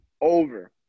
Over